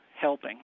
helping